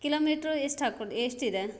kilometre ಎಷ್ಟು ಹಾಕ್ಕೊಡು ಎಷ್ಟಿದೆ